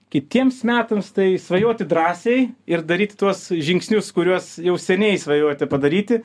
kitiems metams tai svajoti drąsiai ir daryti tuos žingsnius kuriuos jau seniai svajojote padaryti